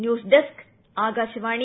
news desk ആകാശവാണ്ടു